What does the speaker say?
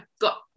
got